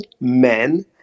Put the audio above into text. men